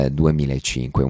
2005